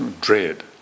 dread